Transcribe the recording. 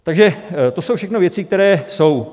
Takže to jsou všechno věci, které jsou.